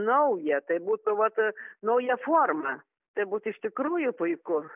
naują tai būtų vat nauja forma tai būtų iš tikrųjų puiku